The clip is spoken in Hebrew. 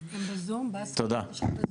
תודה.